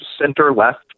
center-left